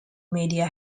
media